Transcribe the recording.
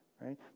right